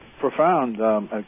profound